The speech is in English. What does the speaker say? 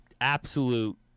absolute